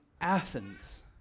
Athens